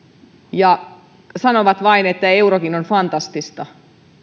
ja sanovat vain että eurokin on fantastista